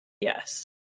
Yes